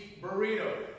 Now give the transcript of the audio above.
Burrito